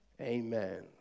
Amen